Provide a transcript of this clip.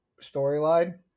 storyline